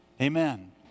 Amen